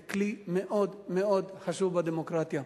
זה כלי מאוד מאוד חשוב בדמוקרטיה,